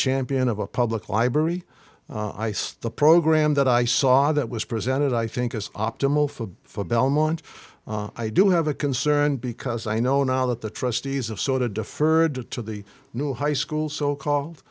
champion of a public library i saw the program that i saw that was presented i think is optimal for for belmont i do have a concern because i know now that the trustees of sort of deferred to the new high school so called